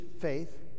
faith